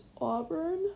Auburn